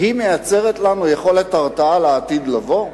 מייצרת לנו יכולת הרתעה לעתיד לבוא?